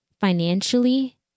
financially